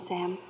Sam